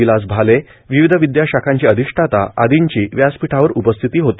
विलास भाले विविध विद्या शाखांचे अधिष्ठाता आदींची व्यासपीठावर उपस्थिती होती